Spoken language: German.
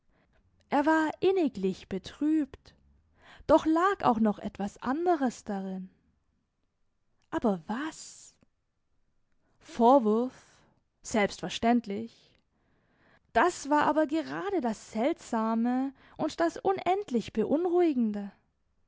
er war inniglich betrübt doch lag auch noch etwas anderes darin aber was vorwurf selbstverständlich das war aber gerade das seltsame und das unendlich beunruhigende